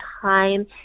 time